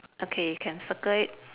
okay you can circle it